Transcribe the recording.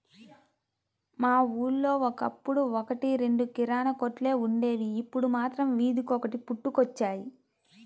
మా ఊళ్ళో ఒకప్పుడు ఒక్కటి రెండు కిరాణా కొట్లే వుండేవి, ఇప్పుడు మాత్రం వీధికొకటి పుట్టుకొచ్చాయి